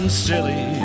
silly